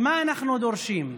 מה אנחנו דורשים?